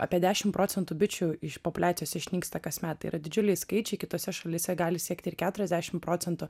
apie dešim procentų bičių populiacijos išnyksta kasmet tai yra didžiuliai skaičiai kitose šalyse gali siekti ir keturiasdešim procentų